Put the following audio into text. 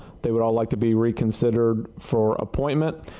they but all like to be reconsidered for appointment.